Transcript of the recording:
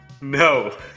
no